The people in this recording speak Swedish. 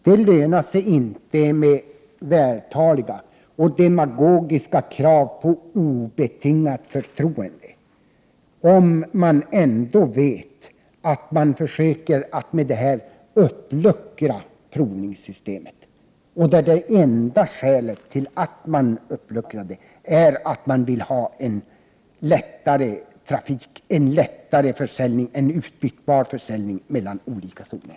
Det lönar sig inte med vältaliga och demagogiska krav på obetingat förtroende, om man ändå vet att man med detta försöker uppluckra provningssystemet. Det enda skälet till en uppluckring är att man vill ha en lättare trafik, en lättare försäljning, en utbytbar försäljning mellan olika zoner.